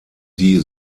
die